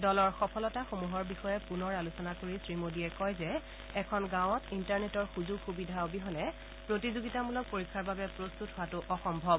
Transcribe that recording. দলৰ সাফলতাসমূহৰ বিষয়ে পুনৰ আলোচনা কৰি শ্ৰীমোডীয়ে কয় যে এখন গাঁৱত ইণ্টাৰনেটৰ সূযোগ সূবিধা অবিহনে প্ৰতিযোগিতামূলক পৰীক্ষাৰ বাবে প্ৰস্তুত হোৱাটো অসম্ভৱ